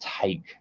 take